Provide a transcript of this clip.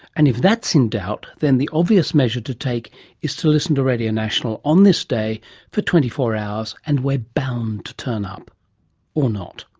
and if that's in doubt, then the obvious measure to take is to listen to radio national on this day for twenty four hours and we're bound to turn up or not.